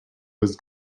was